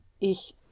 Ich